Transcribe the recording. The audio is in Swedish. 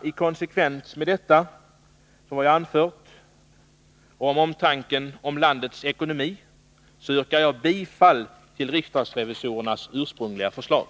I konsekvens med det jag har anfört om omtanken om landets ekonomi yrkar jag bifall till riksdagsrevisorernas ursprungliga förslag.